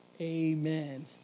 Amen